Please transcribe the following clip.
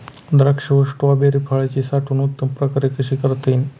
द्राक्ष व स्ट्रॉबेरी फळाची साठवण उत्तम प्रकारे कशी करता येईल?